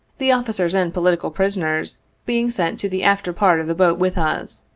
the officers and po litical prisoners being sent to the after part of the boat with us,